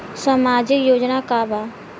सामाजिक योजना का बा?